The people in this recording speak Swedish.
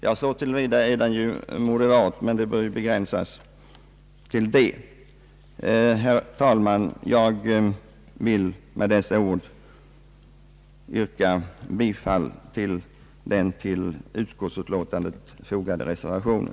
Ja, så till vida är den moderat, men orden har ju olika valörer. Herr talman! Jag vill med dessa ord yrka bifall till den vid utskottsutlåtandet fogade reservationen.